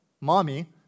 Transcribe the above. mommy